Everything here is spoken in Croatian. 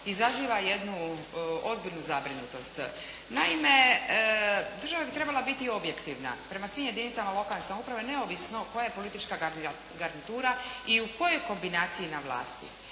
izaziva jednu ozbiljnu zabrinutost. Naime, država bi trebala biti objektivna prema svim jedinicama lokalne samouprave, neovisno koja je politička garnitura i u kojoj kombinaciji na vlasti.